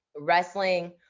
wrestling